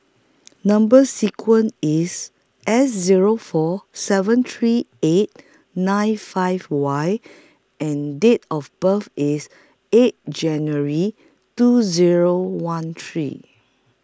Number sequence IS S Zero four seven three eight nine five Y and Date of birth IS eighth January two Zero one three